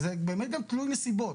וזה באמת גם תלוי בנסיבות.